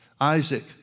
Isaac